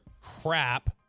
crap